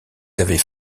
avaient